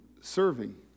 serving